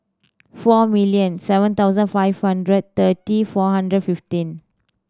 four million seven thousand five hundred thirty four hundred fifteen